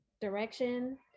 direction